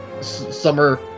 summer